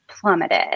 plummeted